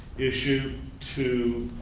issue to